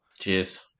cheers